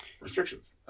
restrictions